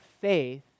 faith